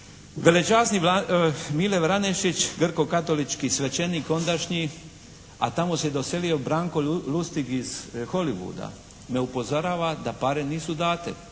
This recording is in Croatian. velečasni Mile Vranešić grko-katolički svećenik ondašnji a tamo se doselio Branko Lustig iz Holivuda me upozorava da pare nisu date.